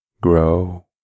grow